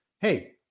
hey